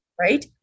Right